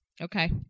Okay